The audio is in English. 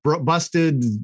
busted